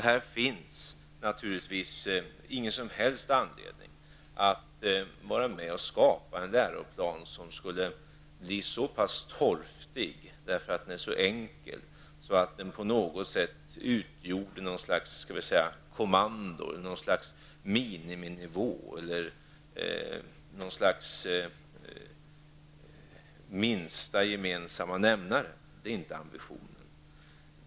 Här finns naturligtvis ingen som helst anledning att skapa en läroplan som skulle bli så pass torftig, därför att den är så enkel, att den på något sätt utgjorde något slags kommando, innebar något slags miniminivå eller minsta gemensamma nämnare. Det är inte ambitionen.